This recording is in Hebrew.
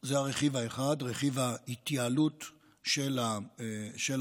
זה הרכיב האחד, רכיב ההתייעלות של הרפתנים,